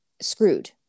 screwed